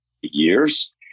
years